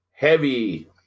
Heavy